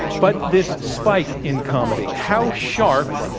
but this spike in comedy, how sharp,